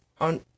on